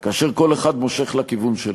כאשר כל אחד מושך לכיוון שלו.